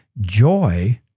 joy